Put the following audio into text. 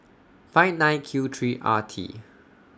five nine Q three R T